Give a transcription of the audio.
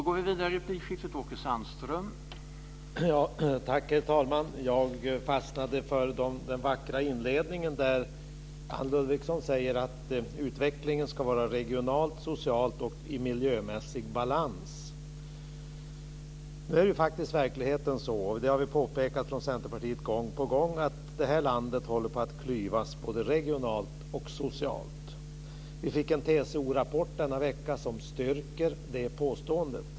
Herr talman! Jag fastnade för den vackra inledningen där Anne Ludvigsson sade att utvecklingen ska vara i regional, social och miljömässig balans. Nu är faktiskt verkligheten den, som vi från Centerpartiet har påpekat gång på gång, att det här landet håller på att klyvas både regionalt och socialt. Vi fick en TCO-rapport denna vecka som styrker det påståendet.